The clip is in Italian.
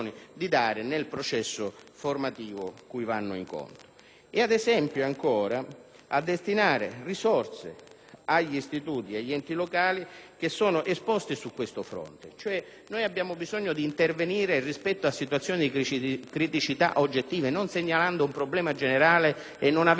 al Governo di destinare risorse agli istituti e agli enti locali esposti su questo fronte. Abbiamo bisogno di intervenire rispetto a situazioni di criticità oggettive e non segnalando un problema generale senza avere il quadro del dato su cui